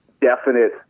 definite